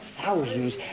thousands